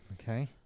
Okay